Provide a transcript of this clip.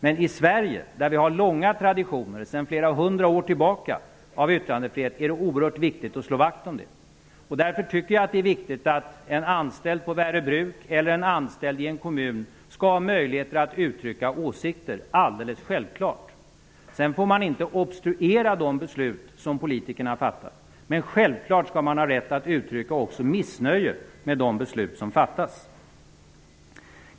Men i Sverige där vi har långa traditioner av yttrandefrihet -- de existerar sedan flera hundra år tillbaka -- är det oerhört viktigt att slå vakt om dem. Därför tycker jag att det är viktigt att en anställd på Värö Bruk eller en anställd i en kommun har möjlighet att uttryck åsikter -- det är alldeles självklart. Sedan får man inte obstruera de beslut som politikerna fattar, men självklart skall man ha rätt att uttrycka också missnöje med de beslut som fattas.